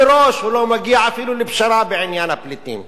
מראש הוא לא מגיע אפילו לפשרה בעניין הפליטים.